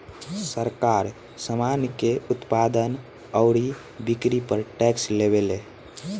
सरकार, सामान के उत्पादन अउरी बिक्री पर टैक्स लेवेले